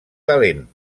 talent